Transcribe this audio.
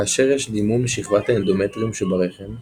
כאשר יש דימום משכבת האנדומטריום שברחם,